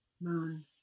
moon